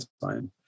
time